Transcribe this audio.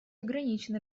ограничены